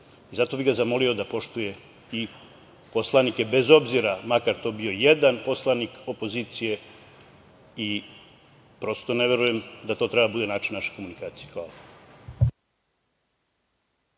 Zato bih ga zamolio da poštuje i poslanike, bez obzira, makar to bio jedan poslanik opozicije. Prosto ne verujem da to treba da bude način naše komunikacije. Hvala.